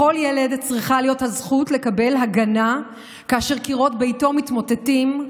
לכל ילד צריכה להיות הזכות לקבל הגנה כאשר קירות ביתו מתמוטטים,